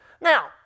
Now